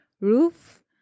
roof